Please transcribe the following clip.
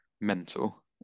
mental